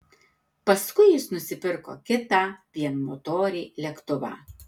paskui jis nusipirko kitą vienmotorį lėktuvą